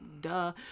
duh